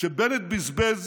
שבנט בזבז